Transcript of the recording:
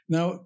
Now